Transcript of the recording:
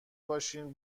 باشین